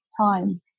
time